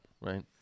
right